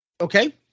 Okay